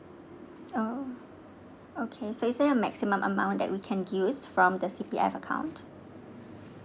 oh okay so is there a maximum amount that we can use from the C_P_F account